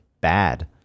bad